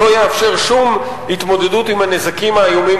לא יאפשר שום התמודדות עם הנזקים האיומים